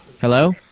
Hello